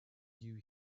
you